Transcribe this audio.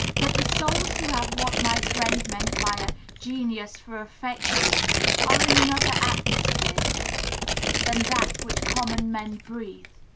but the souls who have what my friend meant by a genius for affection are in another atmosphere than that which common men breathe.